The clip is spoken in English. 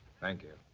thank you.